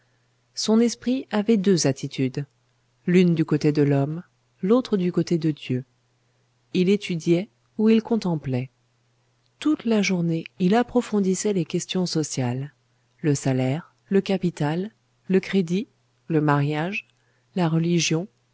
son esprit avait deux attitudes l'une du côté de l'homme l'autre du côté de dieu il étudiait ou il contemplait toute la journée il approfondissait les questions sociales le salaire le capital le crédit le mariage la religion